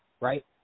right